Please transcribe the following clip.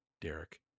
Derek